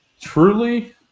truly